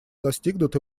достигнут